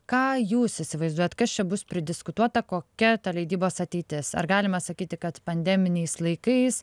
ką jūs įsivaizduojat kas čia bus pridiskutuota kokia ta leidybos ateitis ar galime sakyti kad pandeminiais laikais